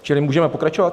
Čili můžeme pokračovat?